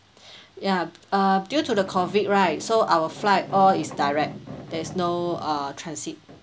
ya uh due to the COVID right so our flight all is direct there is no uh transit